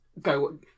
go